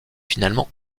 finalement